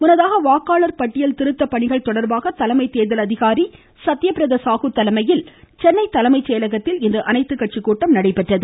முன்னதாக வாக்காளர் பட்டியல் திருத்த பணிகள் தொடர்பாக தலைமை தேர்தல் அதிகாரி சத்தியபிரதா சாகு தலைமையில் சென்னை தலைமைச் செயலகத்தில் இன்று அனைத்துக் கட்சி கூட்டம் நடைபெற்றது